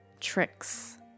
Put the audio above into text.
tricks